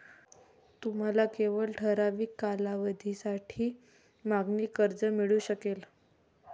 तुम्हाला केवळ ठराविक कालावधीसाठी मागणी कर्ज मिळू शकेल